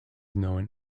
known